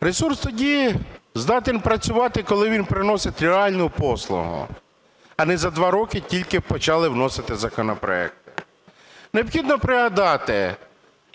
Ресурс тоді здатен працювати, коли він приносить реальну послугу. А не за два роки тільки почали вносити законопроект. Необхідно пригадати